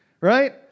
right